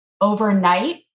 Overnight